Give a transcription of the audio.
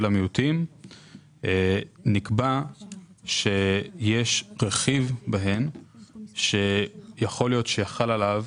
של המיעוטים נקבע שיש רכיב בהן שיכול להיות שחלות עליו